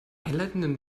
einleitenden